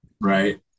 right